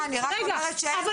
אני רק אומרת שאין חוסן לכלום.